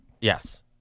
Yes